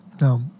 No